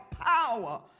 power